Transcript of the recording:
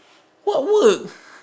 what work